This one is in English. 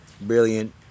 brilliant